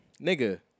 Nigga